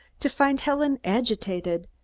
to find helen agitated,